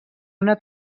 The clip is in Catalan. una